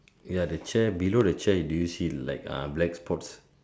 ya the chair below the chair do you see like ah black spots